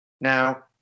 Now